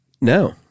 No